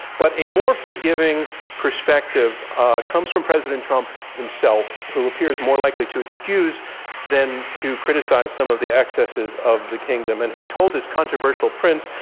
but a more forgiving perspective ah comes from president trump himself, who appears more likely to excuse than to criticize some of the excesses of the kingdom and who told his controversial prince,